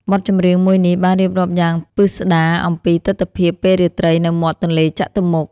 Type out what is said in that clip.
បទចម្រៀងមួយនេះបានរៀបរាប់យ៉ាងពិស្តារអំពីទិដ្ឋភាពពេលរាត្រីនៅមាត់ទន្លេចតុមុខ។